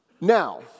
Now